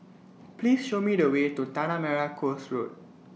Please Show Me The Way to Tanah Merah Coast Road